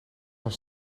gaan